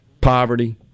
poverty